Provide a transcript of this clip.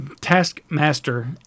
Taskmaster